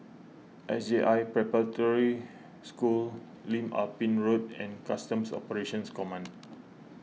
S J I Preparatory School Lim Ah Pin Road and Customs Operations Command